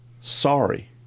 sorry